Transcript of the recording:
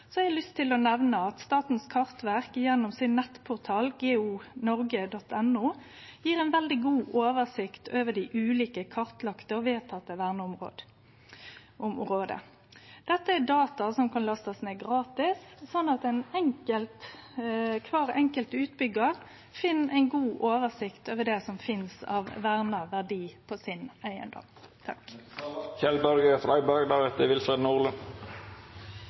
har eg lyst til å nemne at Statens kartverk gjennom nettportalen sin geonorge.no gjev ei veldig god oversikt over dei ulike kartlagde og vedtekne verneområda. Dette er data som kan lastast ned gratis, sånn at kvar enkelt utbyggjar finn ei god oversikt over det som finst av verna verdiar på eigedomen sin.